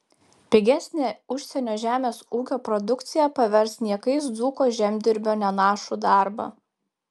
pigesnė užsienio žemės ūkio produkcija pavers niekais dzūko žemdirbio nenašų darbą